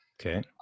Okay